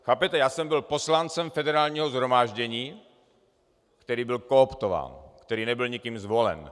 Chápete, já jsem byl poslancem Federálního shromáždění, který byl kooptován, který nebyl nikým zvolen.